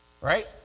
right